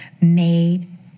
made